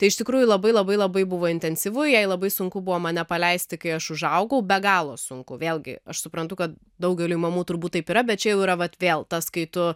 tai iš tikrųjų labai labai labai buvo intensyvu jai labai sunku buvo mane paleisti kai aš užaugau be galo sunku vėlgi aš suprantu kad daugeliui mamų turbūt taip yra bet čia jau yra vat vėl tas kai tu